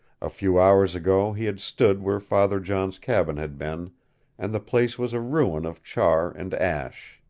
a few hours ago he had stood where father john's cabin had been and the place was a ruin of char and ash.